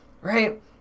right